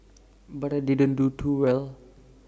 but I didn't do too well